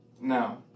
Now